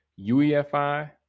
UEFI